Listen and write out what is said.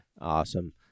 Awesome